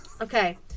okay